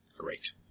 Great